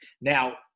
Now